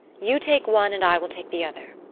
you take one and i will take the other.